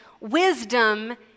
wisdom